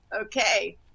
Okay